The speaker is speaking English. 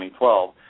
2012